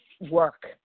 work